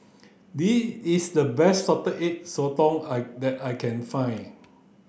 this is the best salted egg sotong I that I can find